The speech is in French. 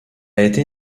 été